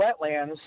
wetlands